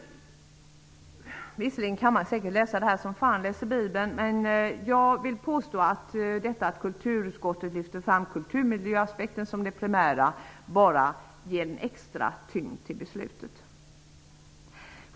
Visserligen kan man säkert läsa utskottsbetänkandet som fan läser Bibeln, men jag vill påstå att detta med att kulturutskottet lyfter fram kulturmiljöaspekten som det primära ger en extra tyngd till beslutet.